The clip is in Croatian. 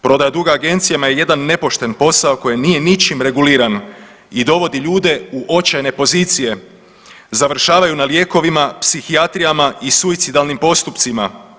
Prodaja duga agencijama je jedan nepošten posao koji nije ničim reguliran i dovodi ljude u očajne pozicije, završavaju na lijekovima, psihijatrijama i suicidalnim postupcima.